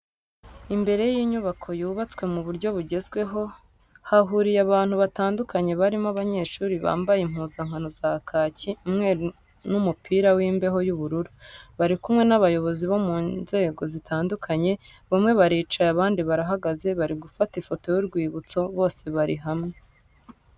Imbere y'inyubako yubatswe mu buryo bugezweho, hahuriye abantu batandukanye barimo abanyeshuri bambaye impuzankano za kaki, umweru n'umupira w'imbeho w'ubururu, bari kumwe n'abayobozi bo mu nzego zitandukanye, bamwe baricaye abandi barahagaze bari gufata ifoto y'urwibutso, bose bari hamwe.